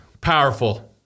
Powerful